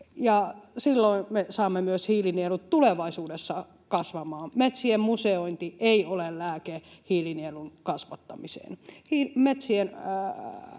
silloin me saamme myös hiilinielut tulevaisuudessa kasvamaan. Metsien museointi ei ole lääke hiilinielun kasvattamiseen.